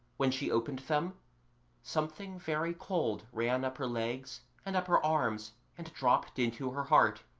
when she opened them something very cold ran up her legs and up her arms and dropped into her heart.